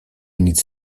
nic